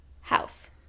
House